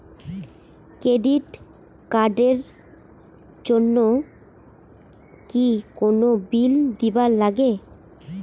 Credit card এর জন্যে কি কোনো বিল দিবার লাগে?